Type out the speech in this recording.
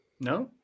No